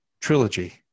Trilogy